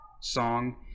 song